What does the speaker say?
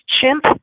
chimp